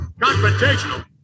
confrontational